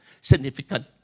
significant